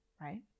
right